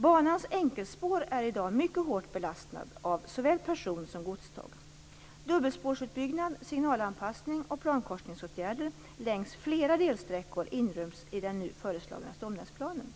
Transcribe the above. Banans enkelspår är i dag mycket hårt belastat av såväl person som godståg. Dubbelspårsutbyggnad, signalanpassning och plankorsningsåtgärder längs flera delsträckor inryms i den nu föreslagna stomnätsplanen.